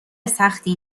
سختی